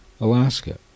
Alaska